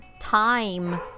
time